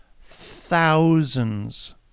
thousands